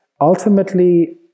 ultimately